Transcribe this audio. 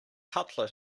cutlet